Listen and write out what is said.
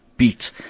beat